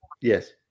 Yes